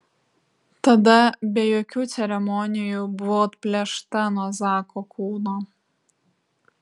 tada be jokių ceremonijų buvau atplėšta nuo zako kūno